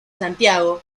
santiago